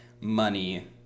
money